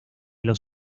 los